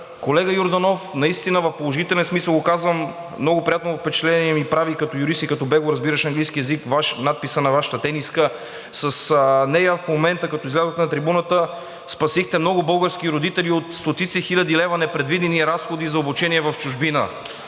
колега Йорданов, наистина в положителен смисъл го казвам, много приятно впечатление ми прави като юрист и като бегло разбиращ английски език надписът на Вашата тениска. С нея в момента, като излязохте на трибуната, спасихте много български родители от стотици хиляди левове непредвидени разходи за обучение в чужбина.